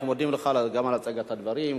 אנחנו מודים לך גם על הצגת הדברים,